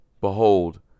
Behold